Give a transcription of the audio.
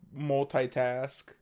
multitask